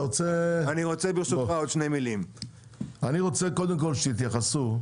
אני רוצה קודם כל שתתייחסו,